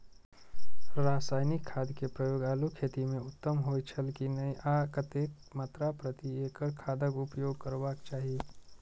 रासायनिक खाद के प्रयोग आलू खेती में उत्तम होय छल की नेय आ कतेक मात्रा प्रति एकड़ खादक उपयोग करबाक चाहि?